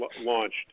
launched